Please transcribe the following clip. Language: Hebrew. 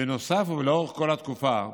בנוסף, ולאורך כל התקופה,